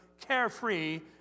carefree